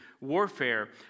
Warfare